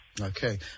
Okay